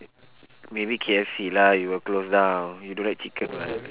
maybe K_F_C lah you will close down you don't like chicken [what]